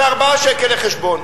זה 4 שקל לחשבון.